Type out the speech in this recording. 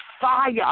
fire